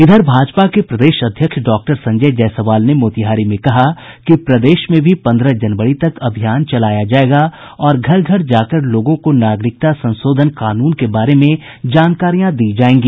इधर भाजपा के प्रदेश अध्यक्ष डॉक्टर संजय जायसवाल ने मोतिहारी में कहा कि प्रदेश में भी पन्द्रह जनवरी तक अभियान चलाया जायेगा और घर घर जाकर लोगों को नागरिकता संशोधन कानून के बारे में जानकारी दी जायेगी